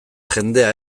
jendea